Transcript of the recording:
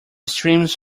streams